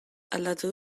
aldatu